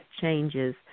changes